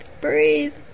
breathe